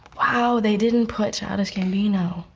wow, they didn't put childish gambino.